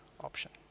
option